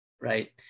right